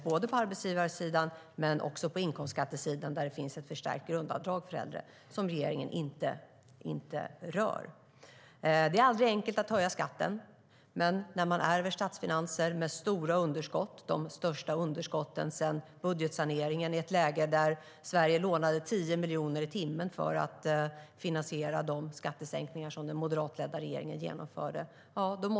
Också på inkomstskattesidan finns en rejäl rabatt genom det förstärkta grundavdraget för äldre, som regeringen inte rör. Det är aldrig enkelt att höja skatten. Vi ärvde statsfinanser med stora underskott, de största sedan budgetsaneringen. Sverige lånade 10 miljoner i timmen för att finansiera de skattesänkningar som den moderatledda regeringen genomförde.